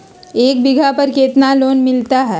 एक बीघा पर कितना लोन मिलता है?